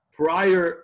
prior